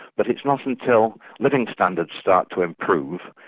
but it's not until living standards start to improve,